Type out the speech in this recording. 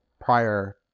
prior